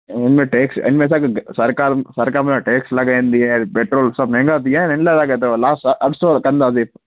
इन में टैक्स इन में असांखे सरकार सरकार में टैक्स लॻाईंदी आहे पेट्रोल सभु महांगा थी विया आहिनि इन लाइ तव्हांखे अथव लास्ट अठ सौ कंदासीं